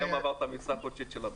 היום עברת את המכסה החודשית של הבדיחות.